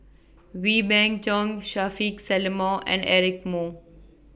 Wee Beng Chong Shaffiq Selamat and Eric Moo